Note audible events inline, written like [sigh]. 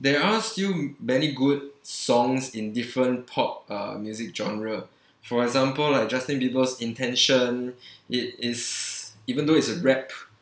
there are still many good songs in different pop uh music genre for example like justin bieber's intention [breath] it is even though it's a rap